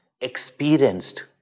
experienced